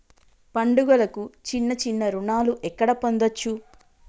పండుగలకు చిన్న చిన్న రుణాలు ఎక్కడ పొందచ్చు?